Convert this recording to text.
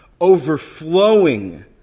overflowing